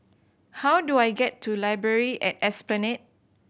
how do I get to Library at Esplanade